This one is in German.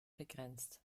begrenzt